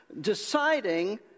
deciding